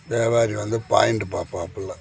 வியாபாரி வந்து பாயிண்ட்டு பார்ப்பாப்புல